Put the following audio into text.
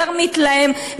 יותר מתלהם,